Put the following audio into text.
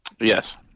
Yes